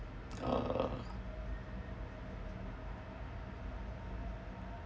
uh